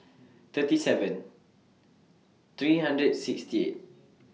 thirty seven three hundred sixty eight